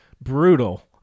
Brutal